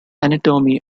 anatomy